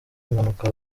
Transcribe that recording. impanuka